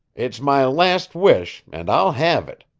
it's my last wish, and i'll have it.